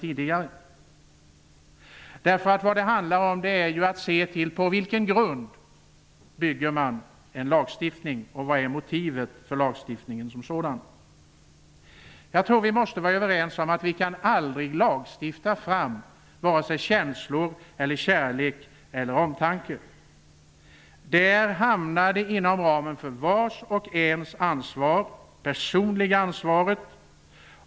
Vad det handlar om är att se på vilken grund man bygger en lagstiftning och vilka motiven för lagstiftningen som sådan är. Jag tror att vi måste vara överens om att vi aldrig kan lagstifta fram vare sig känslor, kärlek eller omtanke. Det ligger inom ramen för vars och ens ansvar, det personliga ansvaret.